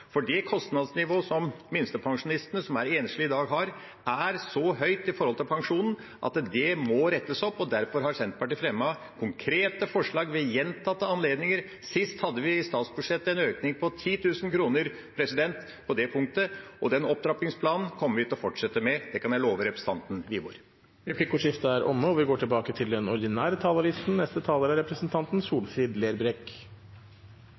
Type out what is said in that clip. Det kostnadsnivået som enslige minstepensjonister i dag har, er så høyt i forhold til pensjonen at det må rettes opp, og derfor har Senterpartiet fremmet konkrete forslag ved gjentatte anledninger. Sist hadde vi i statsbudsjettet en økning på 10 000 kr på det punktet, og den opptrappingsplanen kommer vi til å fortsette med. Det kan jeg love representanten Wiborg. Replikkordskiftet er omme.